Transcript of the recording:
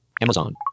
Amazon